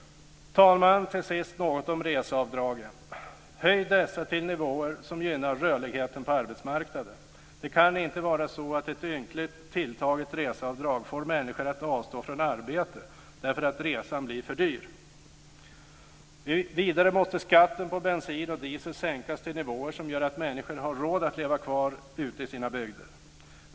Herr talman! Något om reseavdragen. Höj dessa till nivåer som gynnar rörligheten på arbetsmarknaden! Det kan inte vara så att ett ynkligt tilltaget reseavdrag får människor att avstå från arbete därför att resan blir för dyr. Vidare måste skatten på bensin och diesel sänkas till nivåer som gör att människor har råd att leva kvar ute i sina bygder.